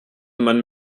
man